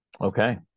Okay